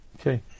Okay